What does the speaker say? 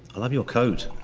i love your coat.